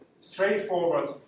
Straightforward